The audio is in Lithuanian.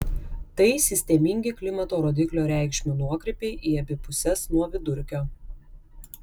tai sistemingi klimato rodiklio reikšmių nuokrypiai į abi puses nuo vidurkio